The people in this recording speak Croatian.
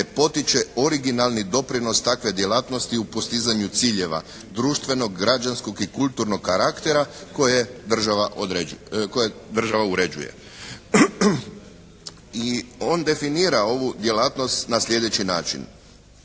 potiče originalni doprinos takve djelatnosti u postizanju ciljeva društvenog, građanskog i kulturnog karaktera koje država uređuje». I on definira ovu djelatnost na sljedeći način: